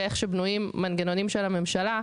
באופן בו בנויים המנגנונים של הממשלה,